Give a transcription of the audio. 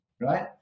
right